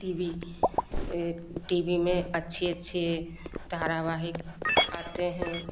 T V TV में अच्छे अच्छे धारावाहिक आते हैं